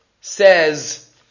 says